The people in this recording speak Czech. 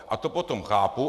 A to potom chápu.